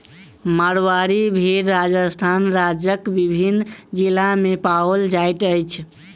मारवाड़ी भेड़ राजस्थान राज्यक विभिन्न जिला मे पाओल जाइत अछि